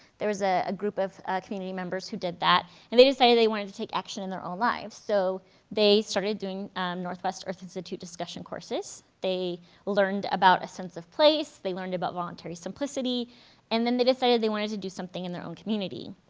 there was ah a group of community members that did that and they decided they wanted to take action in their own lives so they started doing northwest earth institute discussion courses, they learned about a sense of place, they learned about voluntary simplicity and then they decided they wanted to do something in their own community.